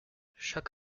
chaque